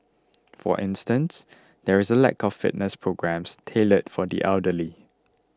for instance there is a lack of fitness programmes tailored for the elderly